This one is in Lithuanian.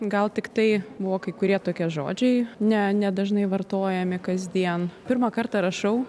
gal tiktai buvo kai kurie tokie žodžiai ne nedažnai vartojami kasdien pirmą kartą rašau